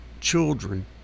children